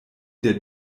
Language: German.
der